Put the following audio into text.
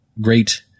great